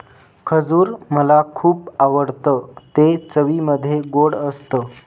खजूर मला खुप आवडतं ते चवीमध्ये गोड असत